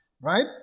right